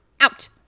Out